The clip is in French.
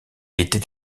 était